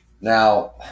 Now